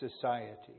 society